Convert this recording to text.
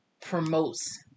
promotes